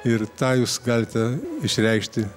ir tą jūs galite išreikšti